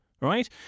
right